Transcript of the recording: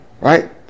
Right